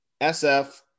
SF